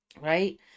Right